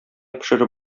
пешереп